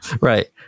right